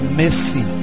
mercy